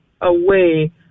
away